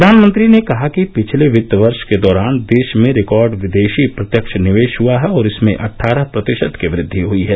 प्रधानमंत्री ने कहा कि पिछले वित्त वर्ष के दौरान देश में रिकॉर्ड विदेशी प्रत्यक्ष निवेश हुआ है और इसमें अट्ठारह प्रतिशत की वृद्वि हई है